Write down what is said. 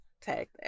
tag